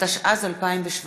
התשע"ז 2017,